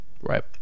Right